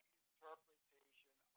interpretation